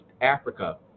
Africa